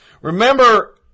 Remember